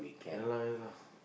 ya lah ya lah